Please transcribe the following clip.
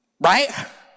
Right